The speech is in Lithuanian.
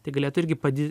tai galėtų irgi padi